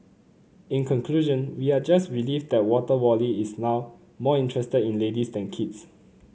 in conclusion we are just relieved that Water Wally is now more interested in ladies than kids